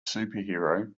superhero